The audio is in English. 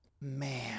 man